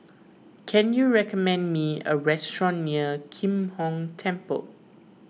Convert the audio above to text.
can you recommend me a restaurant near Kim Hong Temple